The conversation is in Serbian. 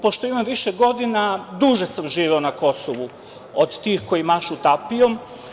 Pošto imam više godina, duže sam živeo na Kosovu od tih koji mašu tapijom.